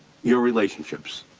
your relationships.